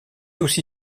aussi